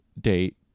date